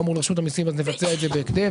מול רשות המיסים אז נבצע את זה בהקדם.